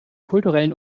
kulturellen